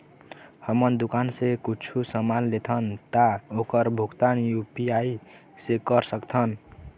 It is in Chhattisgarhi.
हमन दुकान से कुछू समान लेथन ता ओकर भुगतान यू.पी.आई से कर सकथन?